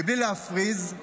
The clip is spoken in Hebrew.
בלי להפריז,